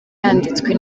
yanditswe